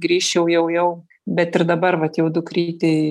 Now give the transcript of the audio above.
grįžčiau jau jau bet ir dabar vat jau dukrytei